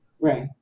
Right